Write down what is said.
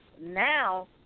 now